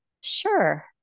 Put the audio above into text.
Sure